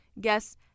guests